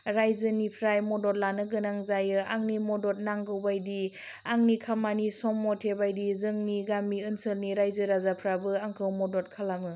रायजोनिफ्राय मदद लानो गोनां जायो आंनि मदद नांगौबायदि आंनि खामानि सममथे बायदि जोंनि गामि ओनसोलनि रायजो राजाफ्राबो आंखौ मदद खालामो